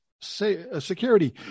Security